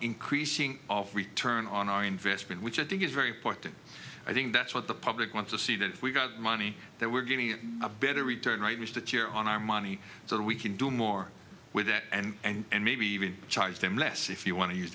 increasing of return on our investment which i think is very important i think that's what the public wants to see that we've got money that we're giving it a better return right which that you're on our money so we can do more with that and maybe even charge them less if you want to use